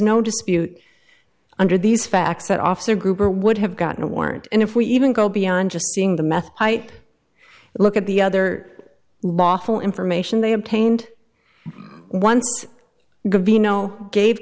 no dispute under these facts that officer gruber would have gotten a warrant and if we even go beyond just seeing the meth i look at the other lawful information they obtained one could be no gave